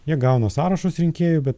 jie gauna sąrašus rinkėjų bet